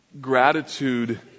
gratitude